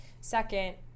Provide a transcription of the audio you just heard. Second